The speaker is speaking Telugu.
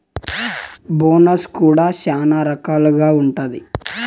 బోనస్ కూడా శ్యానా రకాలుగా ఉంటాయి